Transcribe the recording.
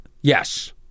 Yes